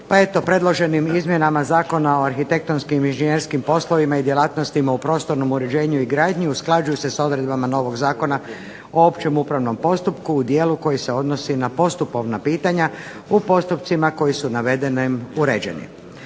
Predloženim izmjenama Zakona o arhitektonskim i inženjerskim poslovima i djelatnosti u prostornom uređenju i gradnji usklađuju se s odredbama novog Zakona o općem upravnom postupku u dijelu koji se odnosi na postupovna pitanja u postupcima koji su navedenim uređeni.